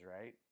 right